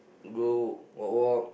go walk walk